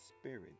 spirit